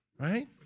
Right